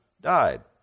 died